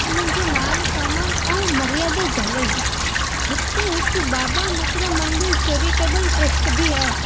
उन्हनि जो मान सम्मान ऐं मर्यादा जाड़िजे हिते हिकु ॿाॿा मित्र मंडल चेरीटेॿल ट्रस्ट बि आहे